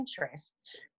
interests